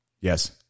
Yes